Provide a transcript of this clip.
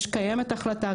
קיימת החלטה,